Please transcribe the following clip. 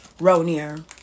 ronier